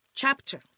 chapter